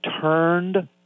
turned